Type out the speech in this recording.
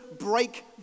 break